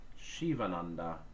shivananda